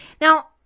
Now